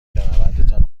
کمربندتان